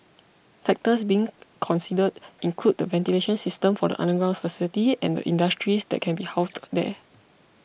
factors being considered include the ventilation system for the underground facility and the industries that can be housed there